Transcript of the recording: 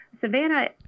Savannah